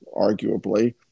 arguably